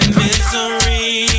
misery